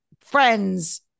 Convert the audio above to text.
friends